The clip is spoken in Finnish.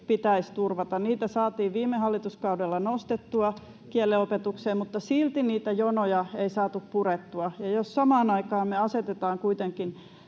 pitäisi turvata. Niitä saatiin viime hallituskaudella nostettua kielenopetukseen, mutta silti niitä jonoja ei saatu purettua, ja jos samaan aikaan me asetetaan kuitenkin